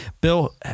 Bill